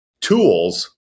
tools